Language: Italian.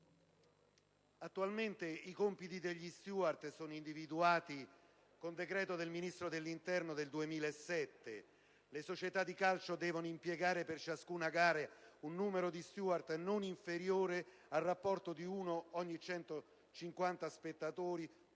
Attualmente i compiti degli *steward* sono individuati con un decreto del Ministro dell'interno del 2007 secondo cui le società di calcio devono impiegare per ciascuna gara un numero di *steward* non inferiore al rapporto di uno ogni 150 spettatori